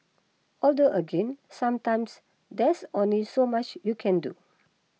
although again sometimes there's only so much you can do